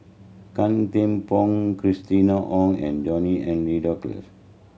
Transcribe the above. Gan Thiam Poh Christina Ong and John Henry Duclos